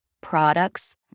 products